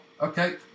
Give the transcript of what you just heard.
Okay